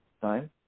time